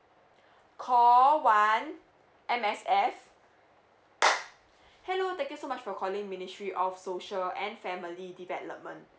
call one M_S_F hello thank you so much for calling ministry of social and family development